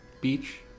Beach